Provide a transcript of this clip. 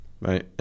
Right